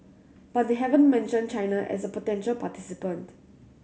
but they haven't mentioned China as a potential participant